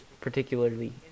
particularly